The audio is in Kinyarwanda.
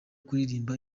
kuririmba